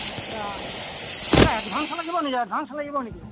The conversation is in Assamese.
আচ্ছা এটা এডভাঞ্চ লাগিব নেকি এডভাঞ্চ লাগিব নেকি